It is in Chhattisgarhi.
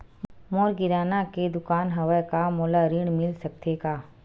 मोर किराना के दुकान हवय का मोला ऋण मिल सकथे का?